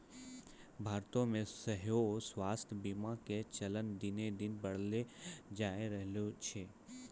भारतो मे सेहो स्वास्थ्य बीमा के चलन दिने दिन बढ़ले जाय रहलो छै